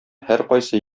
һәркайсы